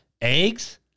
Eggs